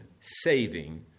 saving